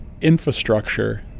infrastructure